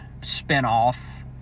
spinoff